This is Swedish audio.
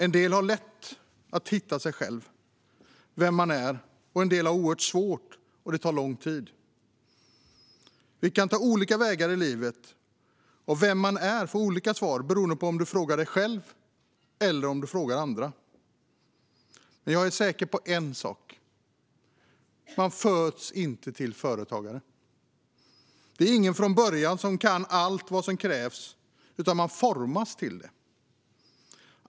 En del har lätt att hitta sig själv och vem man är. En del har oerhört svårt, och det tar lång tid. Vi kan ta olika vägar i livet, och vem man är får olika svar beroende på om man frågar sig själv eller andra. Men jag är säker på en sak: Man föds inte till företagare. Det är ingen som från början kan allt vad som krävs, utan man formas till det.